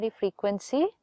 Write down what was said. frequency